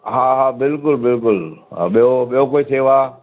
हा हा बिल्कुलु बिल्कुलु हा ॿियो ॿियो कोई शेवा